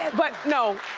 but no,